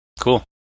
cool